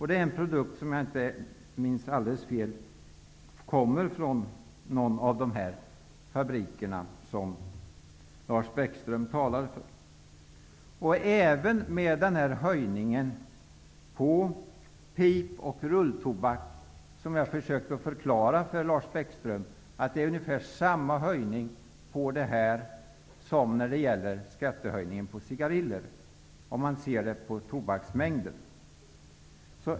Det är en produkt som -- om jag inte minns alldeles fel -- kommer från någon av de fabriker som Lars Bäckström talade om. Jag försökte förklara för Lars Bäckström att det är ungefär samma höjning på pip och rulltobak som på cigariller, om man ser till tobaksmängden.